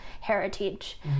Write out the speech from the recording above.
heritage